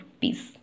peace